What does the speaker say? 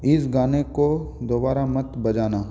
इस गाने को दोबारा मत बजाना